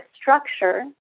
structure